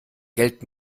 geld